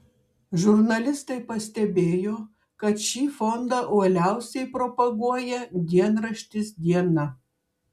žurnalistai pastebėjo kad šį fondą uoliausiai propaguoja dienraštis diena